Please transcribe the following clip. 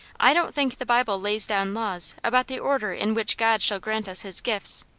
i don't think the bible lays down laws about the order in which god shall grant us his gifts.